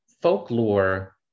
folklore